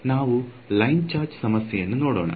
ನಾವು line charge ಸಮಸ್ಯೆಯನ್ನು ನೋಡೋಣ